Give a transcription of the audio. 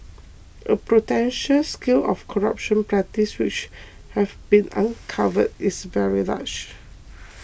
the potential scale of corrupt practices which have been uncovered is very large